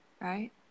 right